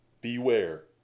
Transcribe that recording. Beware